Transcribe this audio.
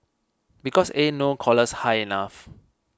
because ain't no collars high enough